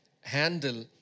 handle